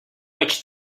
veig